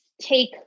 take